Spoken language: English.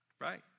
Right